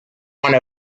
one